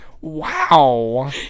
Wow